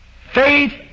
faith